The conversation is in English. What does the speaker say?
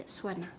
next one ah